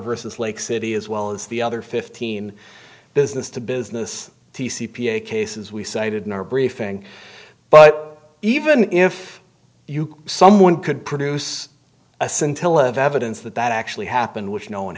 versus lake city as well as the other fifteen business to business the c p a cases we cited in our briefing but even if you someone could produce a scintilla of evidence that that actually happened which no one